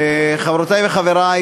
חברותי וחברי,